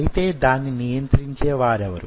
అయితే దాన్ని నియంత్రించే వారెవరు